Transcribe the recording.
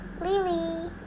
Lily